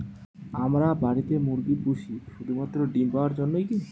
আমরা বাড়িতে মুরগি পুষি শুধু মাত্র ডিম পাওয়ার জন্যই কী?